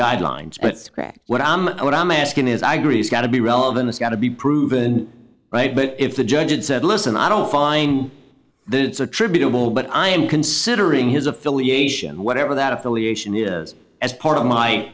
guidelines but scratch what i'm what i'm asking is i agree it's got to be relevant it's got to be proven right but if the judge had said listen i don't find the attributable but i am considering his affiliation whatever that affiliation is as part of my